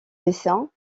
dessin